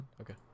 Okay